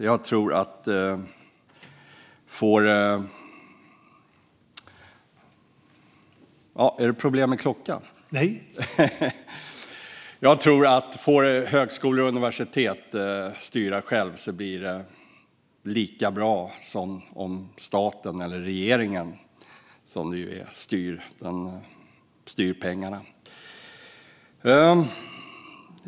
Jag tror att om högskolor och universitet får styra själva blir det lika bra som om staten eller regeringen, som det ju handlar om, styr pengarna.